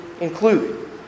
include